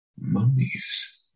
Mummies